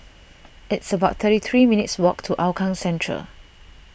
it's about thirty three minutes' walk to Hougang Central